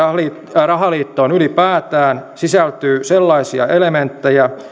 rahaliittoon ylipäätään sisältyy sellaisia elementtejä